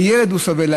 הילד סובל,